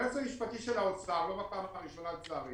היועץ המשפטי של האוצר, לא בפעם הראשונה, לצערי,